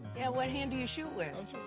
yeah, what hand do you shoot like